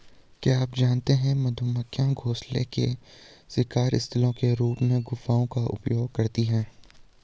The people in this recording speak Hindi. क्या आप जानते है मधुमक्खियां घोंसले के शिकार स्थलों के रूप में गुफाओं का उपयोग करती है?